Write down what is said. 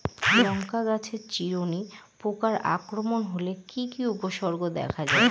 লঙ্কা গাছের চিরুনি পোকার আক্রমণ হলে কি কি উপসর্গ দেখা যায়?